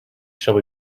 shall